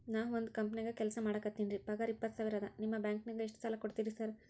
ನಾನ ಒಂದ್ ಕಂಪನ್ಯಾಗ ಕೆಲ್ಸ ಮಾಡಾಕತೇನಿರಿ ಪಗಾರ ಇಪ್ಪತ್ತ ಸಾವಿರ ಅದಾ ನಿಮ್ಮ ಬ್ಯಾಂಕಿನಾಗ ಎಷ್ಟ ಸಾಲ ಕೊಡ್ತೇರಿ ಸಾರ್?